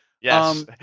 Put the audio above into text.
Yes